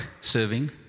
serving